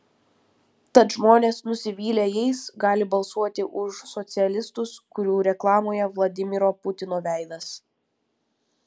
tad žmonės nusivylę jais gali balsuoti už socialistus kurių reklamoje vladimiro putino veidas